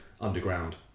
underground